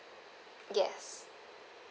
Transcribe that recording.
yes